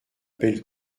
belle